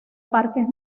parques